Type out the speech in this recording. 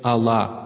Allah